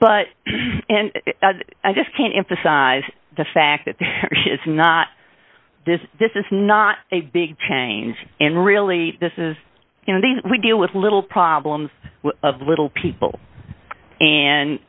but i just can't emphasize the fact that this is not this this is not a big change and really this is you know these we deal with little problems of little people and